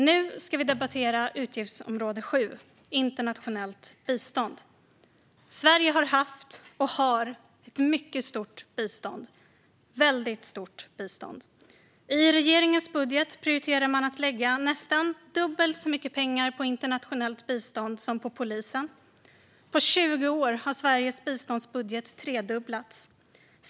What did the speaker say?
Nu ska vi debattera utgiftsområde 7 om internationellt bistånd. Sverige har haft och har ett väldigt stort bistånd. I regeringens budget prioriterar man att lägga nästan dubbelt så mycket pengar på internationellt bistånd som på polisen. På 20 år har Sveriges biståndsbudget tredubblats.